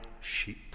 sheep